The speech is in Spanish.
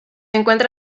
encuentra